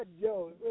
Joe